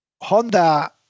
Honda